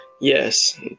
Yes